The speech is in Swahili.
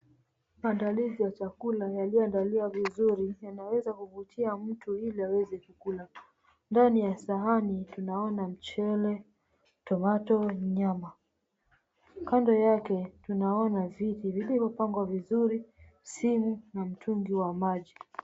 Maandalizi ya chakula yaliyoandaliwa vizuri yanaeza kuvutia mtu iliaweze kukikula, ndani ya sahani tunaona mchele, tomato ,nyama. Kando yake tunaona viti vilivyopangwa vizuri simu na mtungi wa maji.